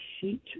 sheet